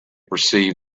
perceived